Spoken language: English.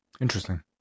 Interesting